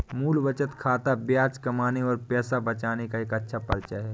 मूल बचत खाता ब्याज कमाने और पैसे बचाने का एक अच्छा परिचय है